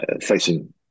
facing